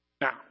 Now